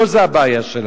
לא זו הבעיה שלנו.